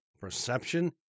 perception